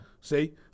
See